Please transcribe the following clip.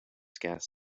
gas